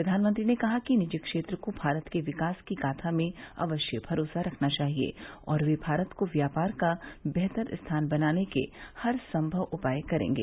प्रधानमंत्री ने कहा कि निजी क्षेत्र को भारत के विकास की गाथा में अवश्य भरोसा रखना चाहिए और वे भारत को व्यापार का बेहतर स्थान बनाने के हरसंभव उपाय करेंगे